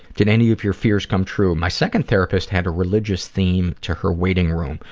did any of your fears come true? my second therapist had a religious theme to her waiting room.